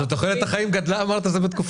אמרת שתוחלת החיים גדלה בתקופתך.